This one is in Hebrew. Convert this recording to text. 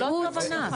זה לא הכוונה.